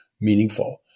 meaningful